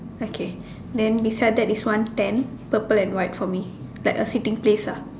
okay then beside that is one tent purple and white for me like a sitting place ah